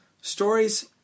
stories